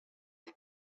die